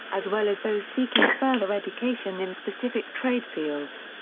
as well as those seeking further education in specific trade fields.